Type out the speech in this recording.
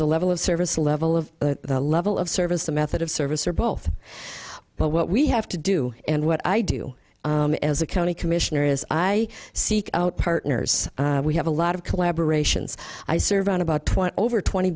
the level of service level of the level of service the method of service or both but what we have to do and what i do as a county commissioner is i seek out partners we have a lot of collaboration's i serve on about twenty over twenty